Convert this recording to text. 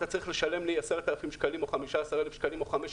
אתם צריכים לשלם לנו 10,000 או 15,000 שקל או 15%,